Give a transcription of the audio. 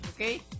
Okay